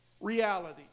reality